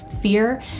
fear